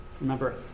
Remember